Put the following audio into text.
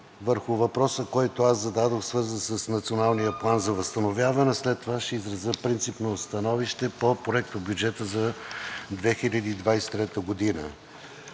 върху въпроса, който аз зададох, свързан с Националния план за възстановяване, а след това ще изразя принципно становище по Проектобюджета за 2023 г.